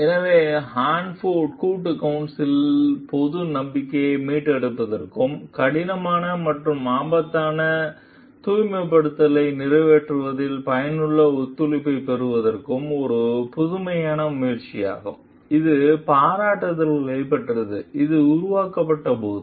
எனவே ஹான்போர்ட் கூட்டு கவுன்சில் பொது நம்பிக்கையை மீட்டெடுப்பதற்கும் கடினமான மற்றும் ஆபத்தான தூய்மைப்படுத்தலை நிறைவேற்றுவதில் பயனுள்ள ஒத்துழைப்பைப் பெறுவதற்கும் ஒரு புதுமையான முயற்சியாகும் இது பாராட்டுக்களைப் பெற்றது அது உருவாக்கப்பட்டபோது